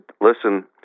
listen